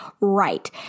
right